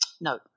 no